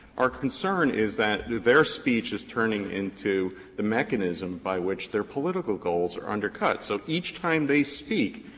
our concern is that their speech is turning into the mechanism by which their political goals are undercut. so each time they speak,